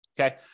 Okay